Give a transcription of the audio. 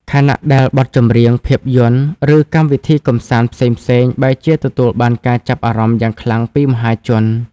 ខណៈដែលបទចម្រៀង ភាពយន្ត ឬកម្មវិធីកម្សាន្តផ្សេងៗ បែរជាទទួលបានការចាប់អារម្មណ៍យ៉ាងខ្លាំងពីមហាជន។